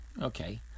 okay